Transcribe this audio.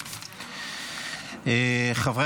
חברי